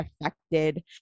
affected